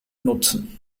nutzen